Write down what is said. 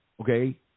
Okay